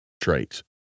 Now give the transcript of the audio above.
traits